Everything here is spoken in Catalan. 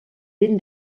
ben